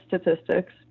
statistics